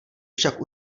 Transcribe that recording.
však